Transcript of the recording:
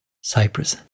Cyprus